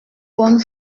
bonne